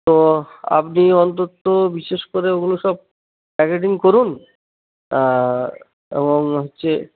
তো আপনি অন্তত বিশেষ করে ওগুলো সব প্যাকেটিং করুন আ এবং হচ্ছে